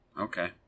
okay